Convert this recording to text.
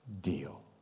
deal